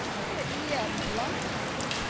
for i am blind.